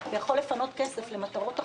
ויכול לפנות כסף למטרות אחרות.